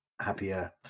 happier